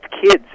kids